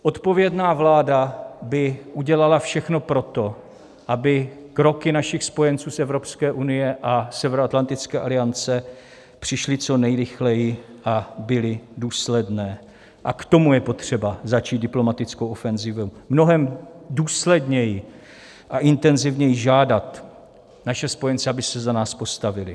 Odpovědná vláda by udělala všechno pro to, aby kroky našich spojenců z Evropské unie a Severoatlantické aliance přišly co nejrychleji a byly důsledné, a k tomu je potřeba začít diplomatickou ofenzivu, mnohem důsledněji a intenzivněji žádat naše spojence, aby se za nás postavili.